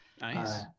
nice